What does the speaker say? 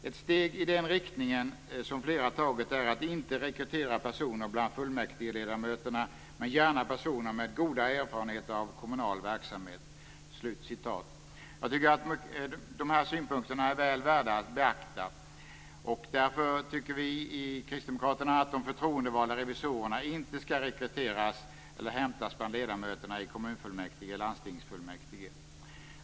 Ett steg i den riktningen, som flera tagit, är att inte rekrytera personer bland fullmäktigeledamöterna men gärna personer med goda erfarenheter av kommunal verksamhet." Dessa synpunkter är väl värda att beakta. Vi kristdemokrater tycker att de förtroendevalda revisorerna inte skall hämtas bland ledamöter i kommunfullmäktige och landstingsfullmäktige.